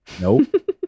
Nope